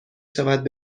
شود